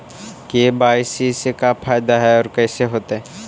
KYC से का फायदा है और कैसे होतै?